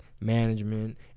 management